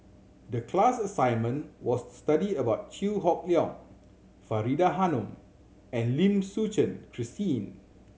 the class assignment was to study about Chew Hock Leong Faridah Hanum and Lim Suchen Christine